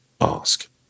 ask